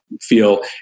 feel